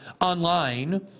online